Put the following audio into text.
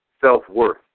self-worth